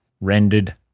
Rendered